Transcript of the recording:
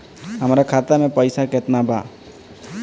हमरा खाता में पइसा केतना बा?